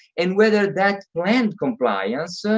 and whether that planned compliance, so